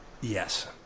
Yes